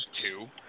two